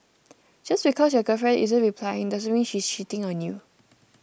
just because your girlfriend isn't replying doesn't mean she's cheating on you